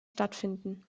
stattfinden